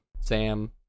Sam